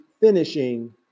finishing